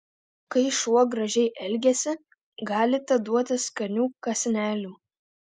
kai šuo gražiai elgiasi galite duoti skanių kąsnelių